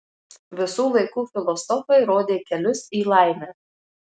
visų laikų filosofai rodė kelius į laimę